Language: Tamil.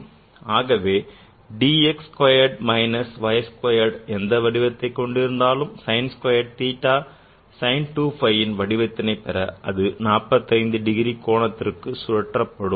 ஆகவே d x squared minus y squared எந்த வடிவத்தை கொண்டிருந்தாலும் sin squared theta sin 2 phiவின் வடிவத்தினை பெற அது 45 டிகிரி கோணத்துக்கு சுழற்றப்படும்